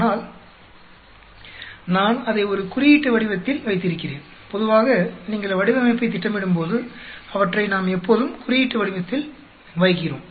ஆனால் நான் அதை ஒரு குறியீட்டு வடிவத்தில் வைத்திருக்கிறேன் பொதுவாக நீங்கள் வடிவமைப்பைத் திட்டமிடும்போது அவற்றை நாம் எப்போதும் குறியீட்டு வடிவத்தில் வைக்கிறோம்